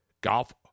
golf